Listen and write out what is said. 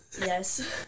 Yes